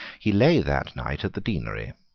he lay that night at the deanery,